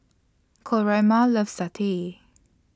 Coraima loves Satay